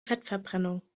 fettverbrennung